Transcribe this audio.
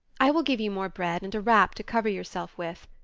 i will give you more bread and a wrap to cover yourself with.